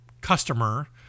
customer